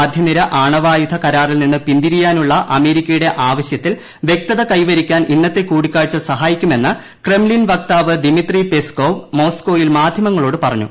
മധ്യനിര ആണവായുധ കരാറിൽ നിന്ന് പിന്തിരിയാനുള്ള അമേരിക്കയുടെ ആവശ്യത്തിൽ വൃക്തത കൈവരിക്കാൻ ഇന്നത്തെ കൂടിക്കാഴ്ച സഹായിക്കുമെന്ന് ക്രെംലിൻ വക്താവ് ദിമിത്രി പെസ്കോവ് മോസ്കോയിൽ മാധ്യമങ്ങളോട് പറഞ്ഞു